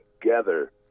together